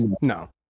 no